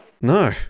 No